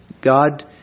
God